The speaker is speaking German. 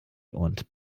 und